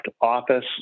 office